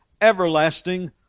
everlasting